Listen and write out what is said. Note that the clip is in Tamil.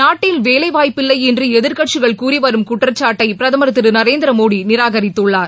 நாட்டில் வேலைவாய்ப்பில்லை என்று எதிர்கட்சிகள் கூறிவரும் குற்றச்சாட்டை பிரதமர் திரு நரேந்திரமோடி நிராகரித்துள்ளார்